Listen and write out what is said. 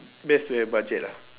best to have budget ah